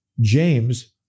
James